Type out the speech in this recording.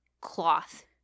cloth